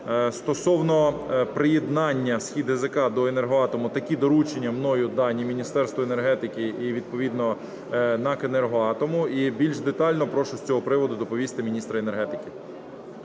Стосовно приєднання СхідГЗК до Енергоатому, такі доручення мною дані Міністерству енергетики і відповідно НАЕК "Енергоатом". І більш детально прошу з цього приводу доповісти міністра енергетики.